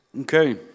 Okay